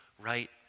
right